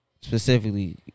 specifically